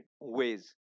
ways